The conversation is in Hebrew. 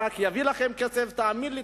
ברק יביא לכם, תאמין לי.